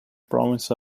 provinces